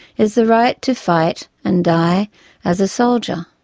is the right to fight and die as a soldier.